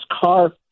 car